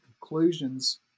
conclusions